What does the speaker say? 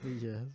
Yes